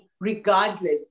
regardless